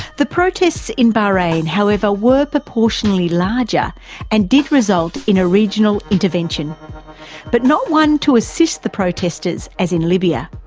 the protests in bahrain, however, were proportionally larger and did result in a regional intervention but not one to assist the protesters, as in libya.